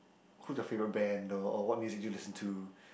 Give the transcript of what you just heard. who's your favourite band or or what music do you listen to